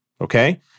Okay